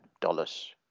dollars